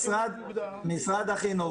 משרד החינוך,